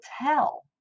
tell